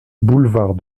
boulevard